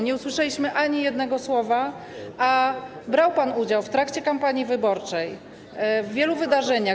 Nie usłyszeliśmy ani jednego słowa, a brał pan udział w trakcie kampanii wyborczej w wielu wydarzeniach.